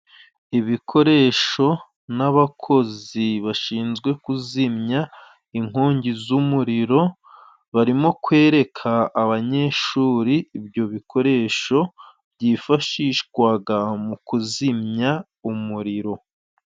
Ibikoresho n'abakozi bashinzwe kuzimya inkongi z'umuriro, barimo kwereka abanyeshuri ibyo bikoresho byifashishwaga mu kuzimya umuriro.